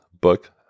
book